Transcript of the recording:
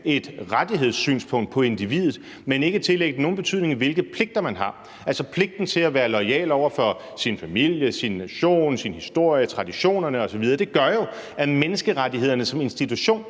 et rettighedssynspunkt på individet, men ikke tillægge det nogen betydning, hvilke pligter man har – altså pligten til at være loyal over for sin familie, sin nation, sin historie, traditionerne osv. – gør jo, at menneskerettighederne som institution,